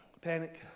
panic